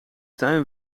tuin